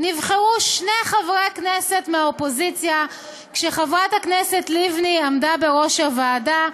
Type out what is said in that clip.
נבחרו שני חברי כנסת מהאופוזיציה כשחברת הכנסת לבני עמדה בראש הוועדה,